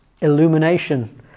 illumination